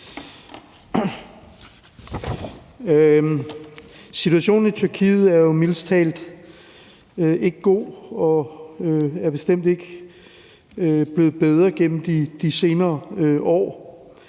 Situationen i Tyrkiet er jo mildest talt ikke god, og den er bestemt ikke blevet bedre gennem de senere år.